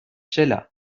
sheila